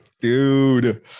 Dude